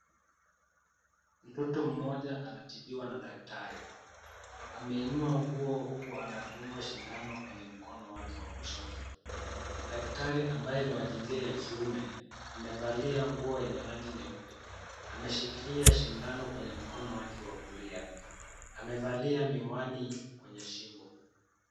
Mtoto mmoja anatibiwa na daktari, ameinua nguo huku anadungwa sindano kwenye mkono wake wa kushoto. Daktari ambaye ni wa jinsia ya kiume amevalia nguo yenye rangi nyeupe, ameshikilia sindano kwenye mkono wake wa kulia, amevalia miwani kwenye shingo.